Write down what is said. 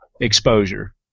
exposure